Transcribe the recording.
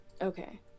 okay